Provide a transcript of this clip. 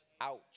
Ouch